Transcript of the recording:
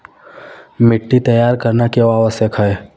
मिट्टी तैयार करना क्यों आवश्यक है?